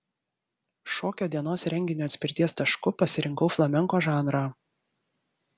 šokio dienos renginio atspirties tašku pasirinkau flamenko žanrą